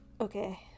Okay